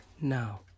now